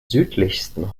südlichsten